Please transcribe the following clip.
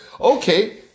okay